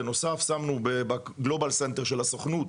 בנוסף, שמנו בגלובל סנטר של הסוכנות,